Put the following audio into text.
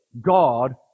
God